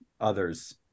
others